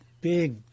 big